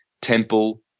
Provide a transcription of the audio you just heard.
temple